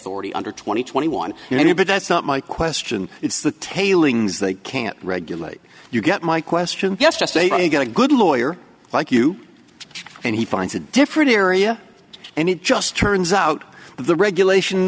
hority under twenty twenty one twenty but that's not my question it's the tailings they can't regulate you get my question yes just a you get a good lawyer like you and he finds a different area and it just turns out the regulation